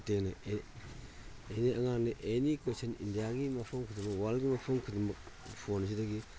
ꯃꯇꯦꯡꯅ ꯑꯦꯅꯤ ꯑꯉꯥꯡꯅ ꯑꯦꯅꯤ ꯀ꯭ꯋꯦꯁꯟ ꯏꯟꯗꯤꯌꯥꯒꯤ ꯃꯐꯝ ꯈꯨꯗꯤꯡꯃꯛ ꯋꯥꯔꯜꯒꯤ ꯃꯐꯝ ꯈꯨꯗꯤꯡꯃꯛ ꯐꯣꯟꯁꯤꯗꯒꯤ